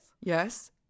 Yes